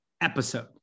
episode